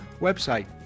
website